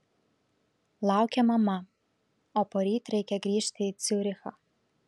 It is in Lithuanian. laukia mama o poryt reikia grįžti į ciurichą